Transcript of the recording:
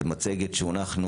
את המצגת שהונחה,